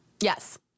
Yes